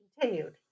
continued